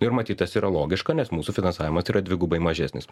ir matyt tas yra logiška nes mūsų finansavimas tai yra dvigubai mažesnis